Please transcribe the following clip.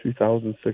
2006